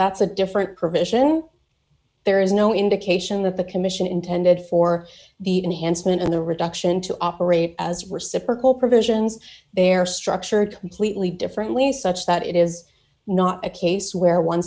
that's a different provision there is no indication that the commission intended for the enhancement and the reduction to operate as reciprocal provisions they're structured completely differently such that it is not a case where one